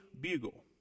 Bugle